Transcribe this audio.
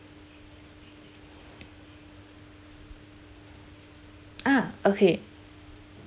ah okay